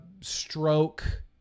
stroke